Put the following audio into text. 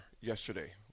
yesterday